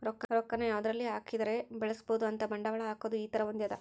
ರೊಕ್ಕ ನ ಯಾವದರಲ್ಲಿ ಹಾಕಿದರೆ ಬೆಳ್ಸ್ಬೊದು ಅಂತ ಬಂಡವಾಳ ಹಾಕೋದು ಈ ತರ ಹೊಂದ್ಯದ